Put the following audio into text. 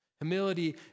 Humility